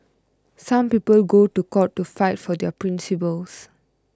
some people go to court to fight for their principles